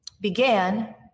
began